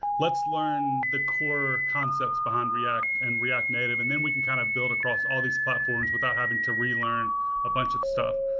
let's learn the core concepts behind react and react native and then we kind of build across all these platform without having to relearn a bunch of stuff.